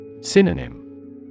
Synonym